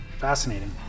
Fascinating